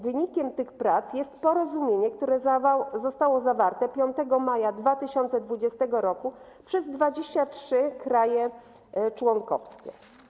Wynikiem tych prac jest porozumienie, które zostało zawarte 5 maja 2020 r. przez 23 kraje członkowskie.